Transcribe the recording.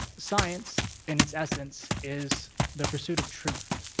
science in its essence is the pursuit of truth.